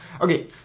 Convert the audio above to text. Okay